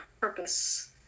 purpose